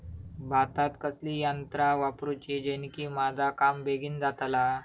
भातात कसली यांत्रा वापरुची जेनेकी माझा काम बेगीन जातला?